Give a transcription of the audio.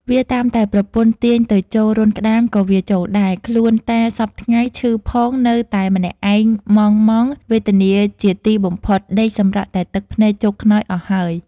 វាតាមតែប្រពន្ធទាញទៅចូលរន្ធក្តាមក៏វាចូលដែរ ខ្លួនតាសព្វថ្ងៃឈឺផងនៅតែម្នាក់ឯងម៉ង់ៗ វេទនាជាទីបំផុតដេកសម្រក់តែទឹកភ្នែកជោកខ្នើយអស់ហើយ។